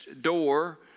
door